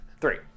Three